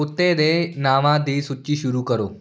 ਕੁੱਤੇ ਦੇ ਨਾਵਾਂ ਦੀ ਸੂਚੀ ਸ਼ੁਰੂ ਕਰੋ